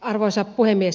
arvoisa puhemies